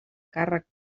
càrrec